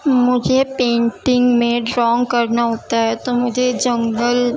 مجھے پینٹنگ میں ڈرانگ کرنا ہوتا ہے تو مجھے جنگل